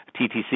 TTC